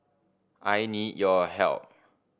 I need your help